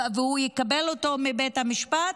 והוא יקבל אותו מבית המשפט,